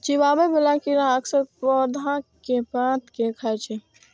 चिबाबै बला कीड़ा अक्सर पौधा के पात कें खाय छै